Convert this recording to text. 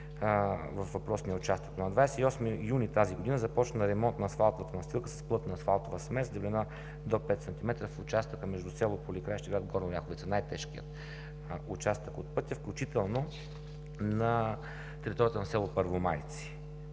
във въпросния участък. На 28 юни тази година започна ремонт на асфалтовата настилка с плътна асфалтова смес с дебелина до 5 см. в участъка между село Поликраище и град Горна Оряховица – най-тежкият участък от пътя, включително на територията на село Първомайци.